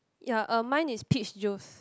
ya um mine is peach juice